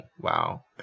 Wow